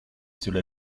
cela